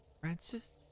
Francis